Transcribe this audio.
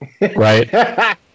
right